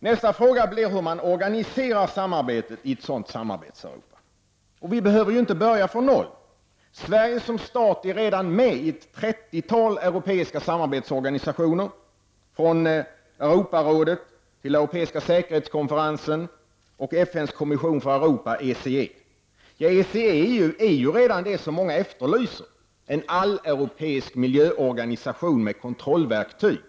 Nästa fråga blir hur man organiserar samarbetet i ett sådant Samarbetseuropa. Vi behöver ju inte börja från noll. Sverige som stat är redan med i ett trettiotal europeiska samarbetsorganisationer -- från Europarådet till ECE är ju redan det som många efterlyser, en alleuropeisk miljöorganisation med kontrollverktyg.